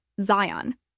Zion